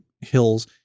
hills